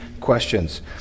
questions